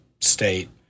state